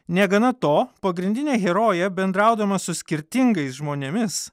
negana to pagrindinė herojė bendraudama su skirtingais žmonėmis